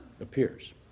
appears